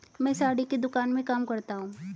मैं साड़ी की दुकान में काम करता हूं